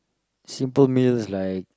simple meals like